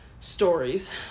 stories